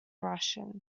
russian